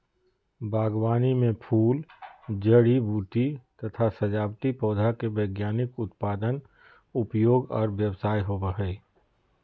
बागवानी मे फूल, जड़ी बूटी तथा सजावटी पौधा के वैज्ञानिक उत्पादन, उपयोग आर व्यवसाय होवई हई